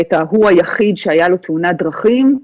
ואת ההוא היחיד שהיה לו תאונת דרכים,